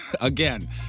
again